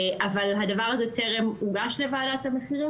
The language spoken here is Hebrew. אבל הדבר הזה טרם הוגש לוועדת המחירים